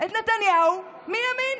את נתניהו מימין.